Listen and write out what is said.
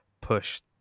push